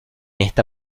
esta